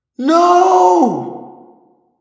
No